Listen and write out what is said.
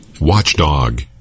Watchdog